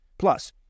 Plus